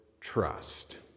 trust